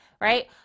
Right